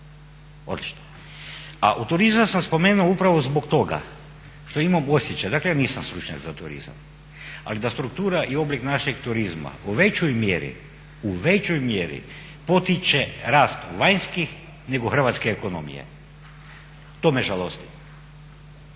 Odlično. A turizam sam spomenuo upravo zbog toga što imam osjećaj, dakle ja nisam stručnjak za turizam, ali da struktura i oblik našeg turizma u većoj mjeri potiče rast vanjske nego hrvatske ekonomije. To me žalosti.